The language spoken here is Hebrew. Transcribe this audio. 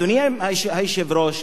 אדוני היושב-ראש,